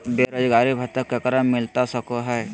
बेरोजगारी भत्ता ककरा मिलता सको है?